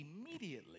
immediately